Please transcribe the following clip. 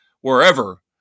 wherever